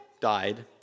died